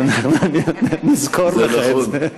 אז נזכור לך את זה.